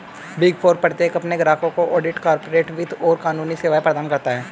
big four प्रत्येक अपने ग्राहकों को ऑडिट, कॉर्पोरेट वित्त और कानूनी सेवाएं प्रदान करता है